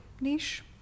niche